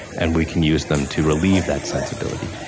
and we can use them to relieve that sensibility.